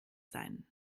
sein